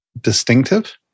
distinctive